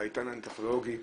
העידן הטכנולוגי,